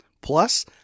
Plus